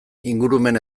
ingurumen